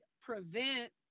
prevent